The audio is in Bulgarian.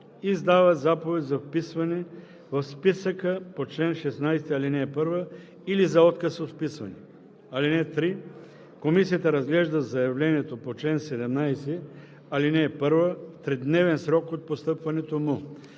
издава заповед за вписване в списъка по чл. 16, ал. 1 или за отказ от вписване. (3) Комисията разглежда заявлението по чл. 17, ал. 1 в тридневен срок от постъпването му.